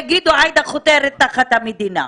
יגידו: עאידה חותרת תחת המדינה.